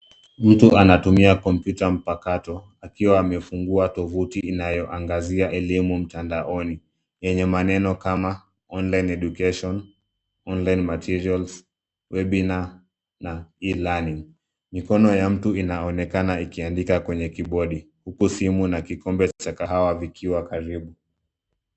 Mtu anatumia kompyuta mpakato akiwa amefungua tovuti inayoangazia elimu mtandaoni, yenye maneno kama Online Education, Online Materials, Webinar, na E-Learning . Mikono ya mtu inaonekana ikiandika kwenye kibodi, huku simu na kikombe cha kahawa vikiwa karibu.